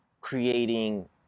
creating